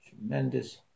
tremendous